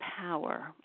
power